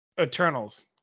eternals